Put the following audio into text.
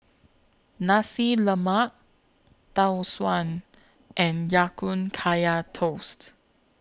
Nasi Lemak Tau Suan and Ya Kun Kaya Toast